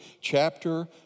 chapter